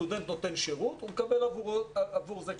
הסטודנט נותן שירות והוא מקבל עבור זה כסף.